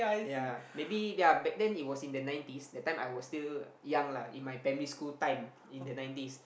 ya maybe ya back then it was in the nineties that time I was still young lah in my primary school time in the nineties